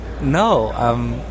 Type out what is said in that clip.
no